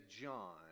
john